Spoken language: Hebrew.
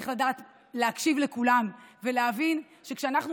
צריך לדעת להקשיב לכולם ולהבין שכשאנחנו